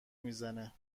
میزنه